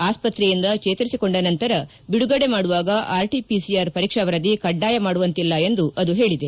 ಆಸ್ತ್ರೆಯಿಂದ ಚೇತರಿಸಿಕೊಂಡ ನಂತರ ಬಿಡುಗಡೆ ಮಾಡುವಾಗ ಆರ್ಟಿಪಿಸಿಆರ್ ಪರೀಕ್ಷಾ ವರದಿ ಕಡ್ಡಾಯ ಮಾಡುವಂತಿಲ್ಲ ಎಂದು ಹೇಳಿದೆ